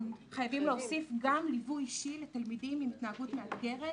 חייבים להוסיף גם ליווי אישי לתלמידים עם התנהגות מאתגרת.